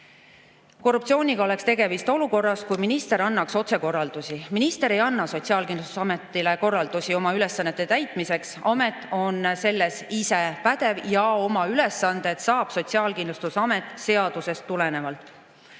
Korruptsiooniga oleks tegemist siis, kui minister annaks otse korraldusi. Minister ei anna Sotsiaalkindlustusametile korraldusi tema ülesannete täitmiseks. Amet on selles ise pädev ja oma ülesanded saab Sotsiaalkindlustusamet seadusest tulenevalt.